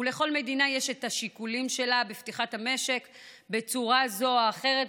לכל מדינה יש את השיקולים שלה בפתיחת המשק בצורה זו או אחרת,